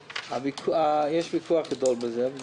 יש ויכוח גדול בזה.